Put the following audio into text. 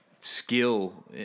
skill